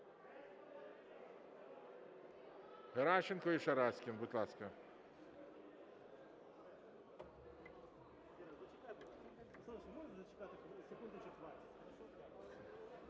Геращенко і Шараськін, будь ласка.